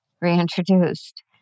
reintroduced